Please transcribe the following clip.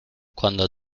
cuando